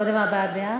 קודם הבעת דעה?